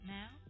now